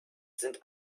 sind